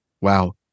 Wow